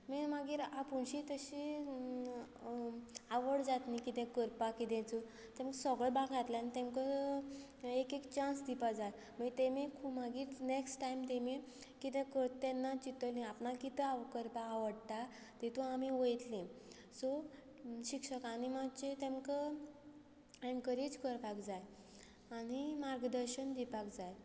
means मागीर आपुणशी तशी आवड जाता न्ही कितें करपाक कितेंच तांकां सगळे भागांतल्यान तांकां एक एक चान्स दिवपाक जाय मागीर तांणी मागीर नॅक्स्ट टायम तांणी कितें करता तेन्ना चिंत्तलीं आपणाक कितें करपाक आवडटा तातूंत आमी वतलीं सो शिक्षकांनी मातशें तांकां एनकरेज करपाक जाय आनी मार्गदर्शन दिवपाक जाय